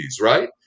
right